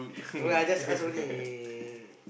no lah just ask only